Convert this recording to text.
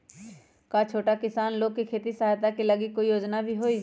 का छोटा किसान लोग के खेती सहायता के लगी कोई योजना भी हई?